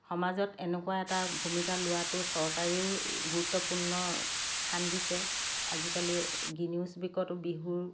সমাজত এনেকুৱা এটা ভূমিকা লোৱাটো চৰকাৰেও গুৰুত্বপূৰ্ণ স্থান দিছে আজিকালি গীনিজ বুকত বিহুৰ